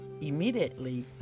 immediately